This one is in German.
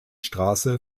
straße